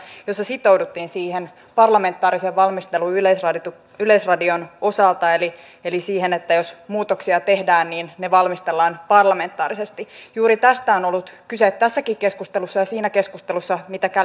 jossa sitouduttiin siihen parlamentaariseen valmisteluun yleisradion osalta eli eli siihen että jos muutoksia tehdään niin ne valmistellaan parlamentaarisesti juuri tästä on ollut kyse tässäkin keskustelussa ja siinä keskustelussa mitä